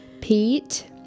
Pete